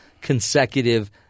consecutive